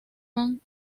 man